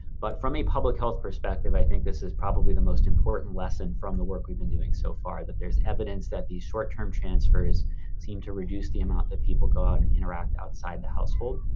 but from a public health perspective, i think this is probably the most important lesson from the work we've been doing so far, that there's evidence that these short term transfers seem to reduce the amount that people go out and interact outside the household.